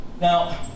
Now